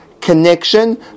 connection